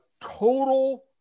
total